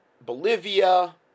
Bolivia